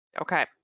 Okay